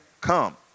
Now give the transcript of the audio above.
come